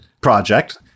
project